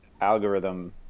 algorithm